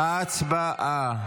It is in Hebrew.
הצבעה.